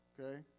okay